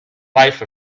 life